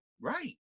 right